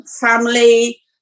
family